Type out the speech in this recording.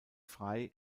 frei